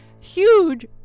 huge